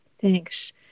thanks